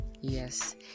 yes